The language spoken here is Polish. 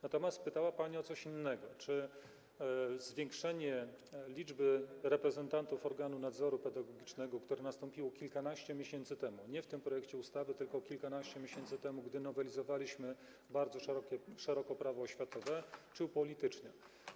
Natomiast pytała pani o coś innego, o to, czy zwiększenie liczby reprezentantów organu nadzoru pedagogicznego, które nastąpiło kilkanaście miesięcy temu - nie w tym projekcie ustawy, tylko kilkanaście miesięcy temu, gdy nowelizowaliśmy bardzo szeroko Prawo oświatowe - to upolitycznia.